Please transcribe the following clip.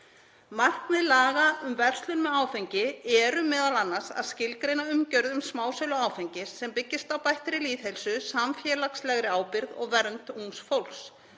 Markmið laga um verslun með áfengi eru m.a. að skilgreina umgjörð um smásölu áfengis sem byggist á bættri lýðheilsu, samfélagslegri ábyrgð og vernd ungs fólks.